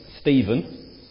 Stephen